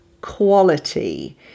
quality